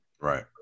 Right